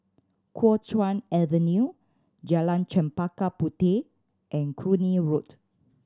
Kuo Chuan Avenue Jalan Chempaka Puteh and Cluny Road